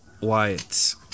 Wyatt